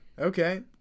Okay